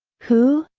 who,